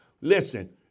Listen